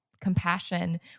compassion